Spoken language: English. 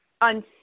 on